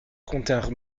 continrent